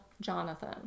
Jonathan